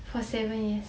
for seven years